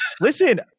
Listen